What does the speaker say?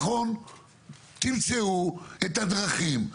תמצאו את הדרכים.